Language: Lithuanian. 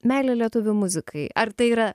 meilė lietuvių muzikai ar tai yra